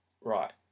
right